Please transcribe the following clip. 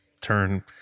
turn